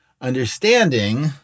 understanding